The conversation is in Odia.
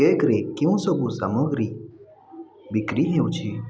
କେକ୍ରେ କେଉଁ ସବୁ ସାମଗ୍ରୀ ବିକ୍ରି ହେଉଛି